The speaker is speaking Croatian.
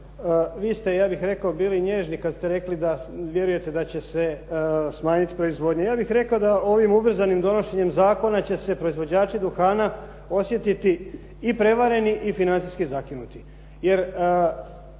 vi ste ja bih rekao bili nježni kad ste rekli da vjerujete da će se smanjiti proizvodnja. Ja bih rekao da ovim ubrzanim donošenjem zakona će se proizvođači duhana osjetiti i prevareni i financijski zakinuti,